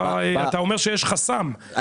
אתה אומר שיש חסם,